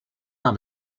una